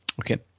okay